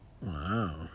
Wow